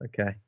Okay